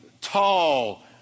tall